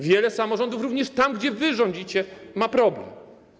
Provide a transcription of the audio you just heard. Wiele samorządów, również tam, gdzie wy rządzicie, ma problem.